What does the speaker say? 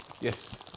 Yes